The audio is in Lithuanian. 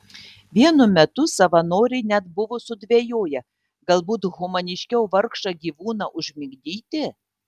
vienu metu savanoriai net buvo sudvejoję galbūt humaniškiau vargšą gyvūną užmigdyti